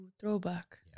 Throwback